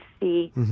see